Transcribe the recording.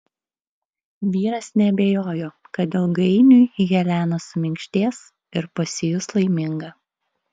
vyras neabejojo kad ilgainiui helena suminkštės ir pasijus laiminga